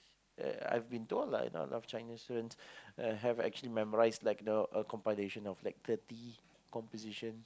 uh I've been told lah a lot of China students have actually memorized like the a compilation of like thirty compositions